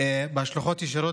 והשלכות ישירות,